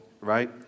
right